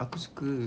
aku suka